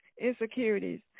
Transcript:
insecurities